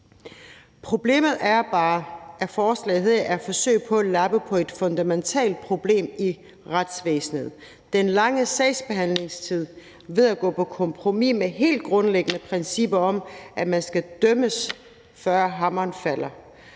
forslaget her er et forsøg på at lappe på et fundamentalt problem i retsvæsenet, nemlig den lange sagsbehandlingstid, ved at gå på kompromis med helt grundlæggende principper om, at man skal dømmes, før hammeren falder.